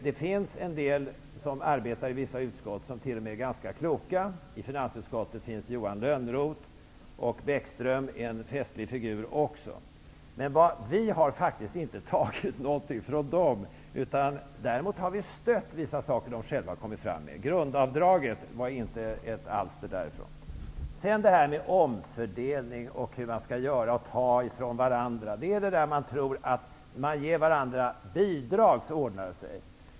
Det finns en del som arbetar i vissa utskott som t.o.m. är ganska kloka. I finansutskottet finns Johan Lönnroth, och Lars Bäckström är också en festlig figur. Men vi har faktiskt inte tagit någonting från dem. Däremot har vi stött vissa saker som de har kommit fram med. Grundavdraget var inte ett alster därifrån. Sedan det här med omfördelning och hur man skall ta från varandra. Man tror att om man ger varandra bidrag, så ordnar det sig.